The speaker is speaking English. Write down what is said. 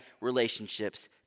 relationships